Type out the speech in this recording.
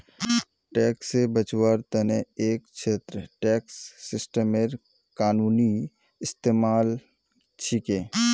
tax से बचवार तने एक छेत्रत टैक्स सिस्टमेर कानूनी इस्तेमाल छिके